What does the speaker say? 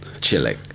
Chilling